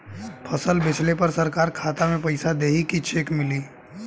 फसल बेंचले पर सरकार खाता में पैसा देही की चेक मिली?